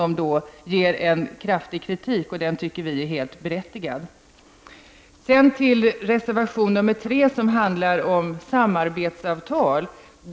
I den riktas kraftig kritik, och det tycker vi är helt berättigat. Sedan till reservationen nr 3 som handlar om samarbetsavtal.